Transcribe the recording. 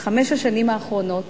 בחמש השנים האחרונות